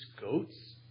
goats